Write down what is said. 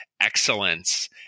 Excellence